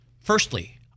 Firstly